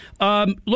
Look